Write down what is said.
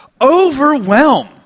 overwhelm